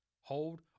hold